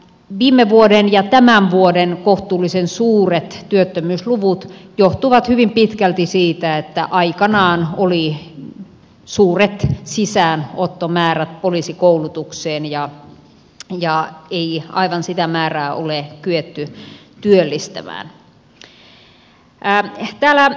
viime vuoden ja tämän vuoden kohtuullisen suuret työttömyysluvut johtuvat hyvin pitkälti siitä että aikanaan oli suuret sisäänottomäärät poliisikoulutukseen eikä aivan sitä määrää ole kyetty työllistämään